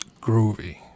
Groovy